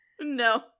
No